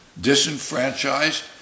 disenfranchised